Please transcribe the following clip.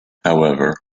however